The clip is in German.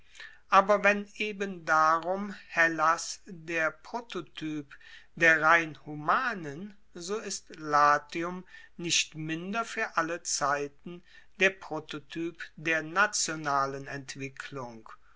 aber wenn eben darum hellas der prototyp der rein humanen so ist latium nicht minder fuer alle zeiten der prototyp der nationalen entwicklung